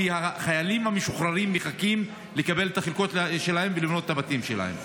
כי החיילים המשוחררים מחכים לקבל את החלקות שלהם ולבנות את הבתים שלהם.